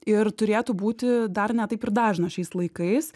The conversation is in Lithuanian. ir turėtų būti dar ne taip ir dažna šiais laikais